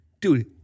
Dude